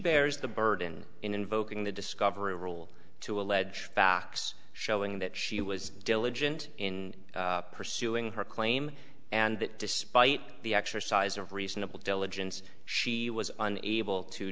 bears the burden in invoking the discovery rule to allege facts showing that she was diligent in pursuing her claim and that despite the exercise of reasonable diligence she was unable to